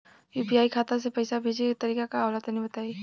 UPI खाता से पइसा भेजे के तरीका का होला तनि बताईं?